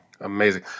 amazing